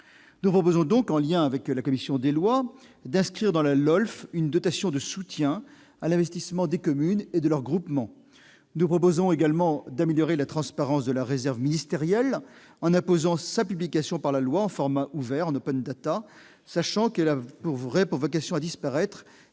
Nous proposons donc, en lien avec la commission des lois, d'inscrire dans la loi organique relative aux lois de finances une dotation de soutien à l'investissement des communes et de leurs groupements. Nous proposons également d'améliorer la transparence de la réserve ministérielle en imposant sa publication par la loi, en format ouvert, en, sachant qu'elle aurait vocation à disparaître